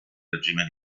regime